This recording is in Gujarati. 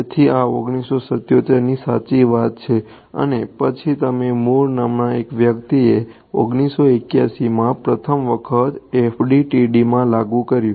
તેથી આ 1977 ની સાચી વાત છે અને પછી તમે Mur નામના એક વ્યક્તિએ 1981 માં પ્રથમ વખત FDTDમાં લાગુ કર્યું